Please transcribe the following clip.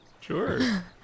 Sure